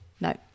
No